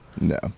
No